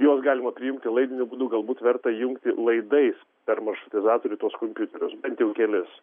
juos galima prijungti laidiniu būdu galbūt verta jungti laidais per maršrutizatorių tuos kompiuterius bent jau kelis